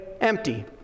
empty